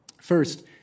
First